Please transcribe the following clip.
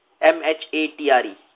M-H-A-T-R-E